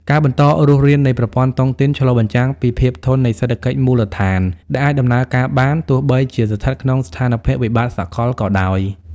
ការបន្តរស់រាននៃប្រព័ន្ធតុងទីនឆ្លុះបញ្ចាំងពី "ភាពធន់នៃសេដ្ឋកិច្ចមូលដ្ឋាន" ដែលអាចដំណើរការបាន ទោះបីជាស្ថិតក្នុងស្ថានភាពវិបត្តិសកលក៏ដោយ។